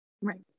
right